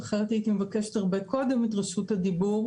אחרת הייתי מבקשת הרבה קודם את רשות הדיבור,